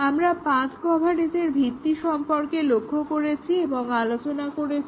আমরা পাথ্ কভারেজের ভিত্তি সম্পর্কে লক্ষ্য করেছি এবং আলোচনা করেছি